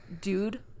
Dude